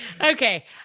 okay